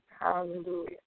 Hallelujah